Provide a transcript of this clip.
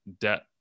debt